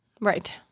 Right